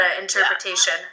interpretation